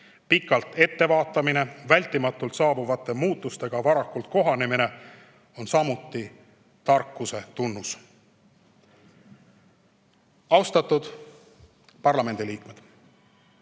Pikalt ettevaatamine, vältimatult saabuvate muutustega varakult kohanemine on samuti tarkuse tunnus." Austatud parlamendi liikmed!